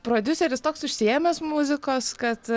prodiuseris toks užsiėmęs muzikos kad